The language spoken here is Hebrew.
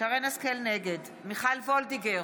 נגד מיכל וולדיגר,